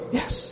yes